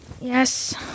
Yes